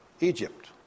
Egypt